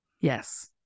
Yes